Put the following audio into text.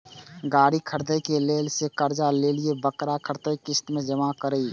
गाड़ी खरदे के लेल जे कर्जा लेलिए वकरा कतेक किस्त में जमा करिए?